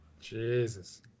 Jesus